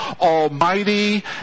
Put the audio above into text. almighty